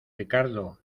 ricardo